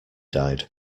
died